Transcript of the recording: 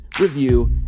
review